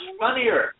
funnier